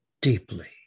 Deeply